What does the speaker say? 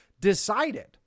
decided